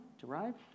derived